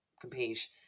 compete